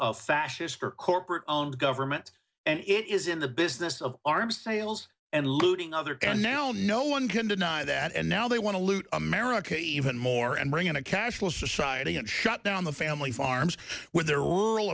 of fascist for corporate owned government and it is in the business of arms sales and looting other can now no one can deny that and now they want to loot america even more and bring in a cashless society and shut down the family farms with the